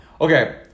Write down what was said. Okay